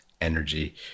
energy